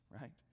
right